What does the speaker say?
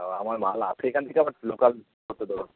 আমার মাল থেকে লোকাল